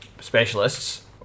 specialists